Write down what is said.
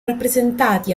rappresentati